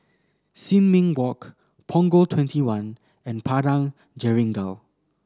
Sin Ming Walk Punggol Twenty one and Padang Jeringau